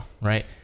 right